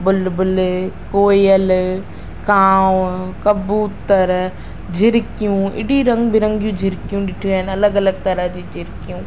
बुलबुल कोयल कांव कबूतर झिरकियूं एॾी रंग बिरंगियूं झिरकियूं ॾिठियूं आहिनि अलॻि अलॻि तरह जी झिरकियूं